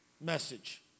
message